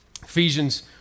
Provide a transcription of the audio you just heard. Ephesians